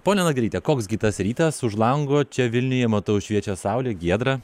ponia nagelyte koks gi tas rytas už lango čia vilniuje matau šviečia saulė giedra